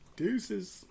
Deuces